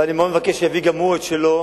ואני מאוד מבקש שיביא גם הוא את שלו,